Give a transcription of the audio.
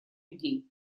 людей